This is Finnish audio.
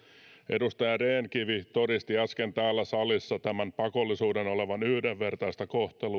edustaja rehn kivi todisti äsken täällä salissa tämän pakollisuuden olevan yhdenvertaista kohtelua näin